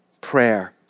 prayer